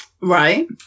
Right